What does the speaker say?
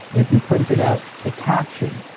if you printed out the captions,